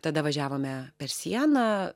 tada važiavome per sieną